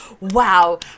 wow